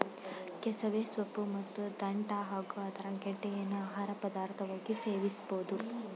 ಕೆಸವೆ ಸೊಪ್ಪು ಮತ್ತು ದಂಟ್ಟ ಹಾಗೂ ಅದರ ಗೆಡ್ಡೆಯನ್ನು ಆಹಾರ ಪದಾರ್ಥವಾಗಿ ಸೇವಿಸಬೋದು